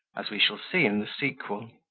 as we shall see in the sequel.